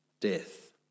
death